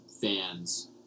fans